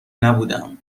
نبودهام